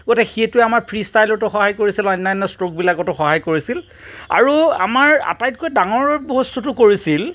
গতিকে সেইটোৱে আমাক ফ্ৰী ইষ্টাইলতো সহায় কৰিছিল বা অন্যান্য ষ্ট্ৰ'কবিলাকতো সহায় কৰিছিল আৰু আমাৰ আটাইতকৈ ডাঙৰ বস্তুটো কৰিছিল